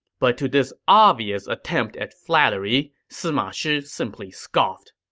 but to this obvious attempt at flattery, sima shi simply scoffed.